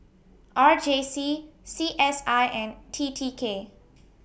R J C C S I and T T K